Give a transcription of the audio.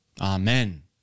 Amen